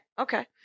Okay